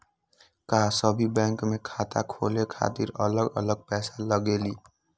का सभी बैंक में खाता खोले खातीर अलग अलग पैसा लगेलि?